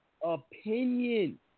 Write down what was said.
Opinion